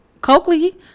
Coakley